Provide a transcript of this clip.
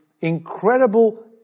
incredible